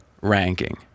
ranking